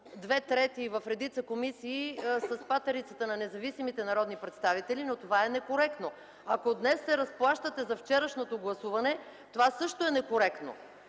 две трети в редица комисии с патерицата на независимите народни представители, но това е некоректно. Ако днес се разплащате за вчерашното гласуване, това също е некоректно.